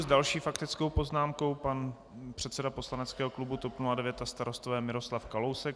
S další faktickou poznámkou pan předseda poslaneckého klubu TOP 09 a Starostové Miroslav Kalousek.